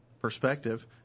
perspective